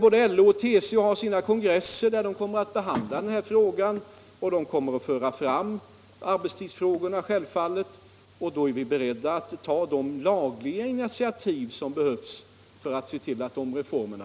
Både LO och TCO kommer att ha kongresser nu där de självfallet kommer att föra fram arbetstidsfrågorna. Då är vi beredda att ta de lagliga initiativ som behövs för att genomföra reformerna.